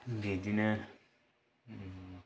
बिदिनो